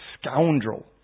scoundrel